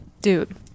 Dude